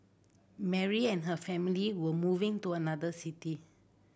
Mary and her family were moving to another city